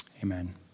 Amen